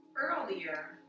earlier